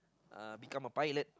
uh become a pilot